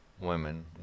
women